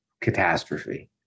catastrophe